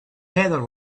heather